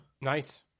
Nice